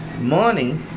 money